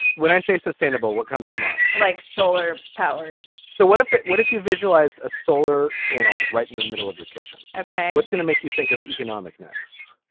when i say sustainable, what comes to mind like solar power? so what if what if you visualized a solar panel right in the middle of your kitchen? ok. what's going to make you think of economic next?